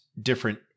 different